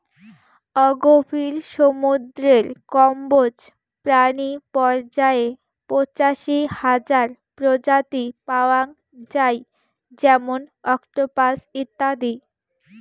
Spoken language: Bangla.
অগভীর সমুদ্রের কম্বোজ প্রাণী পর্যায়ে পঁচাশি হাজার প্রজাতি পাওয়াং যাই যেমন অক্টোপাস ইত্যাদি